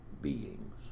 beings